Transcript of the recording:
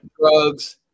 drugs